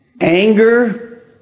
Anger